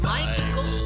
Michael